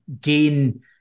gain